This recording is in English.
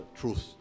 truth